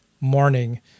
morning